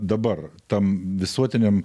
dabar tam visuotiniam